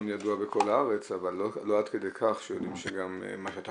ידוע בכל הארץ אבל לא על כדי כך שיודעים שגם מה שאתה